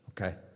Okay